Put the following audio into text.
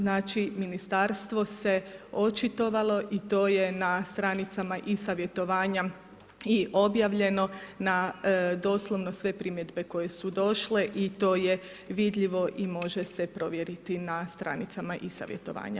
Znači ministarstvo se očitovalo i to je na str. i-savjetovanja i objavljeno na doslovno sve primjedbe koje su došle i to je vidljivo i može se provjeriti na str. i-savjetovanja.